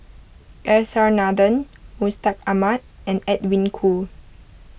S R Nathan Mustaq Ahmad and Edwin Koo